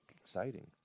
Exciting